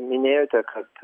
minėjote kad